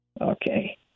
Okay